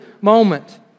moment